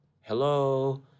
hello